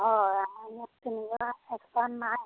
হয় আমাৰ ইয়াত তেনেকুৱা এক্সপাৰ্ট নাই